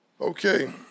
Okay